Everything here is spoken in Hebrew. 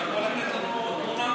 אתה יכול לתת לנו תמונה?